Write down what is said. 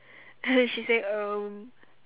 she say um